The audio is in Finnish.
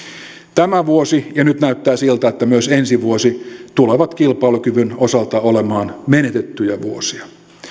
tämä vuosi ja nyt näyttää siltä myös ensi vuosi tulevat kilpailukyvyn osalta olemaan menetettyjä vuosia